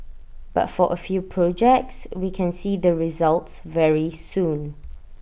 but for A few projects we can see the results very soon